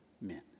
men